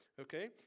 Okay